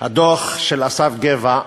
הדוח של אסף גבע,